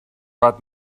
but